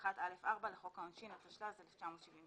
בסעיף 61(א)(4) לחוק העונשין, התשל"ז-1997.